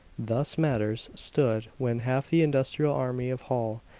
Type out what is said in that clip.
thus matters stood when half the industrial army of holl,